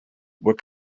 were